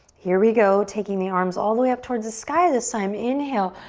here we go, taking the arms all the way up towards the sky this time. inhale,